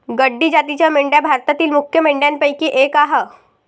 गड्डी जातीच्या मेंढ्या भारतातील मुख्य मेंढ्यांपैकी एक आह